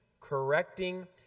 correcting